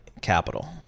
capital